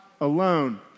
alone